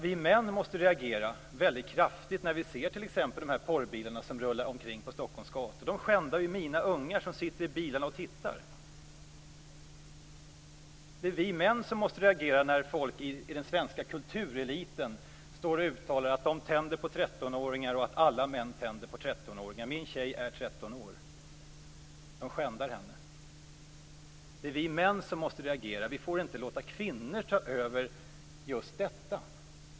Vi män måste reagera väldigt kraftigt när vi ser t.ex. de porrbilar som rullar omkring på Stockholms gator. De skändar mina ungar som sitter i bilar och tittar. Det är vi män som måste reagera när folk i den svenska kultureliten står och uttalar att de tänder på 13-åringar, att alla män tänder på 13-åringar. Min dotter är 13 år, och de skändar henne. Det är vi män som måste reagera. Vi får inte låta kvinnor ta över just detta.